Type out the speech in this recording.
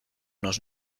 nos